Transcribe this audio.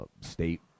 state